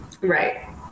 Right